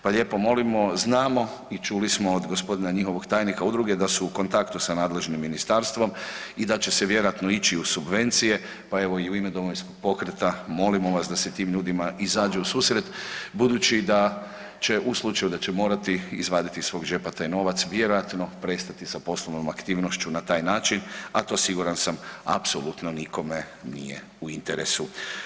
Pa lijepo molimo, znamo i čuli smo gospodina njihovog tajnika udruge da su u kontaktu sa nadležnim ministarstvom i da će se vjerojatno ići u subvencije pa evo i u ime Domovinskog pokreta molimo vas da se tim ljudima izađe u susret budući da će u slučaju da će morati izvaditi iz svog džepa taj novac vjerojatno prestati sa poslovnom aktivnošću na taj način, a to siguran sam apsolutno nikome nije u interesu.